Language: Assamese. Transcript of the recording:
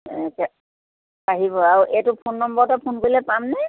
এনেকৈ আহিব আৰু এইটো ফোন নম্বৰতে ফোন কৰিলে পামনে